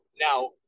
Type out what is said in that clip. Now